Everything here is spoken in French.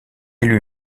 élu